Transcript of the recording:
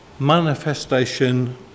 manifestation